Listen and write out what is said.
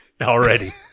already